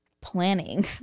planning